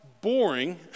boring